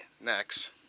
next